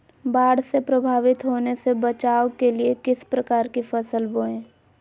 बाढ़ से प्रभावित होने से बचाव के लिए किस प्रकार की फसल बोए?